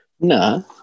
No